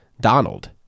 Donald